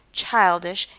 childish,